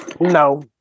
No